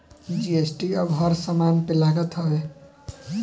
GST अब हर समान पे लागत हवे